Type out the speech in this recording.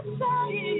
say